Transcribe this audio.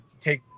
take